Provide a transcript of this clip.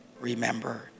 remember